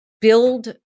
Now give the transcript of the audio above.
build